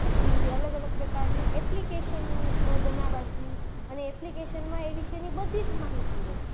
પછી અલગ અલગ પ્રકારની એપ્લિકેશનો બનાવવાથી અને એપ્લિકેશનમાં એ વિશેની બધી જ માહિતી હોય